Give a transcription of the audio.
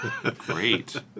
great